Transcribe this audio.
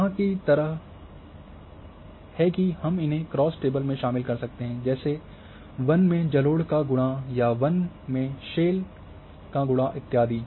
यहाँ की तरह है कि हम इन्हें क्रॉस टेबल में शामिल कर सकते हैं जैसे वन में जलोढ़ का गुणा या वन से शेल का गुणा इत्यादि